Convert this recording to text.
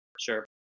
sure